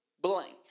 blank